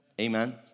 amen